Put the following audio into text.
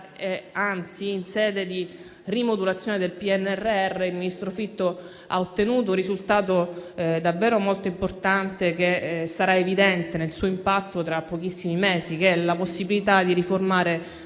e anzi, in sede di rimodulazione del PNRR, il ministro Fitto ha ottenuto un risultato davvero molto importante, che sarà evidente nel suo impatto tra pochissimi mesi. Mi riferisco alla possibilità di riformare